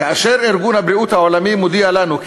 כאשר ארגון הבריאות העולמי מודיע לנו כי